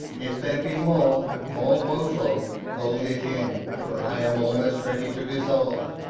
if there be more, more woful, hold it in for i am almost ready to dissolve,